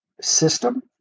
system